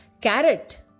Carrot